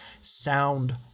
sound